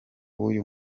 w’uyu